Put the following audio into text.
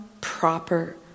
proper